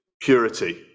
purity